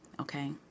Okay